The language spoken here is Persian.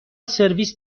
سرویس